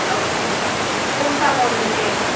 और कौन सा बॉल लीजिएगा